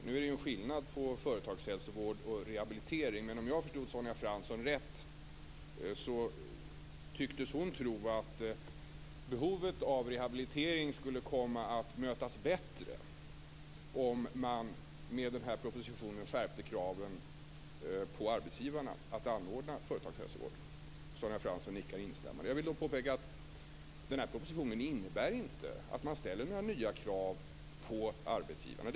Nu är det ju en skillnad på företagshälsovård och rehabilitering, men om jag förstod Sonja Fransson rätt så tycktes hon tro att behovet av rehabilitering skulle komma att mötas bättre om man med den här propositionen skärpte kraven på arbetsgivarna att anordna företagshälsovård. Sonja Fransson nickar instämmande. Då vill jag påpeka att den här propositionen inte innebär att man ställer några nya krav på arbetsgivarna.